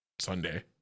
Sunday